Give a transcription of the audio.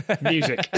music